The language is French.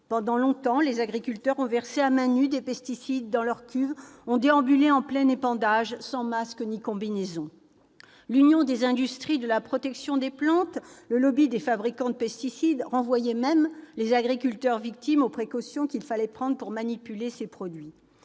Pendant longtemps, les agriculteurs ont versé à mains nues des pesticides dans leur cuve, ont déambulé en plein épandage sans masque ni combinaison. L'Union des industries de la protection des plantes, le lobby des fabricants de pesticides, renvoyait même les agriculteurs victimes aux précautions qu'il fallait prendre pour manipuler ces produits.